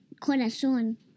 corazón